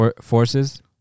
forces